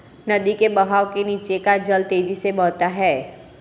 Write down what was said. नदी के बहाव के नीचे का जल तेजी से बहता है